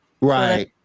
right